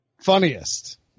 Funniest